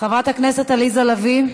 חברת הכנסת עליזה לביא,